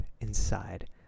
inside